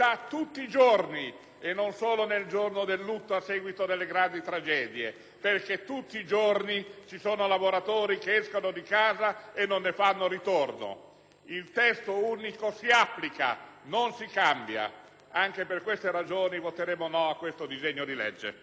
e non solo nel giorno del lutto a seguito delle grandi tragedie, perché tutti i giorni ci sono lavoratori che escono di casa e non ne fanno ritorno. Il testo unico si applica, non si cambia. Anche per queste ragioni voteremo no a questo disegno di legge.